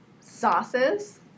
sauces